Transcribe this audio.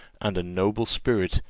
and a noble spirit,